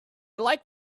like